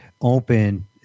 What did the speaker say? open